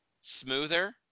smoother